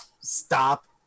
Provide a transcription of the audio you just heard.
stop